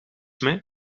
mee